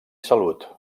salut